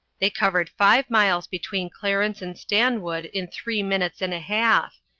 they covered five miles between clarence and stanwood in three minutes and a half,